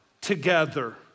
together